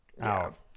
out